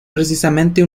precisamente